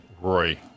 Roy